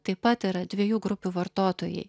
taip pat yra dviejų grupių vartotojai